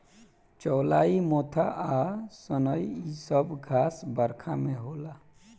चौलाई मोथा आ सनइ इ सब घास बरखा में होला